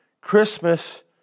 Christmas